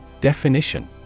Definition